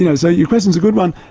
you know so your question's a good one.